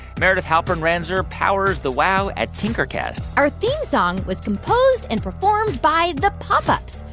meredith halpern-ranzer powers the wow at tinkercast our theme song was composed and performed by the pop ups.